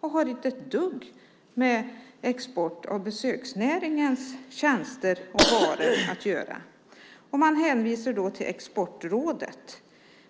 och har inte ett dugg med export och besöksnäringens tjänster och varor att göra. Man hänvisar då till Exportrådet.